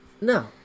No